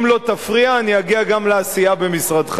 אם לא תפריע, אני אגיע גם לעשייה במשרדך.